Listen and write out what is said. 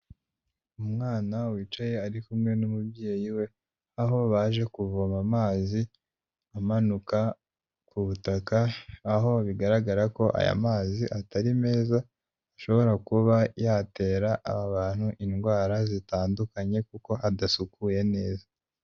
Umwana wicaye ari kumwe n'umubyeyi we, aho baje kuvoma amazi amanuka ku butaka, aho bigaragara ko aya mazi atari meza, ashobora kuba yatera aba bantu indwara zitandukanye kuko adasukuye neza.